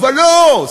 אבל לא,